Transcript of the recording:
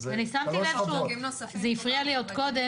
זה הפריע לי עוד קודם,